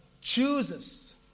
chooses